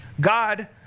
God